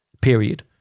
period